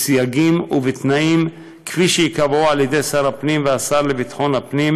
בסייגים ובתנאים שייקבעו על ידי שר הפנים והשר לביטחון הפנים,